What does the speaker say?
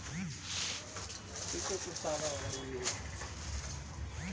शुष्क मौसम में कउन फसल के खेती ठीक होखेला?